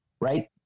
right